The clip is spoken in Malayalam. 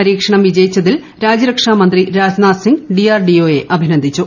പരീക്ഷണം വിജയിച്ചതിൽ കേന്ദ്ര രാജ്യരക്ഷാ മന്ത്രി Rajnath Singh D R D O യെ അഭിനന്ദിച്ചു